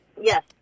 yes